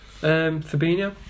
Fabinho